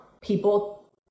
people